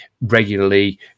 regularly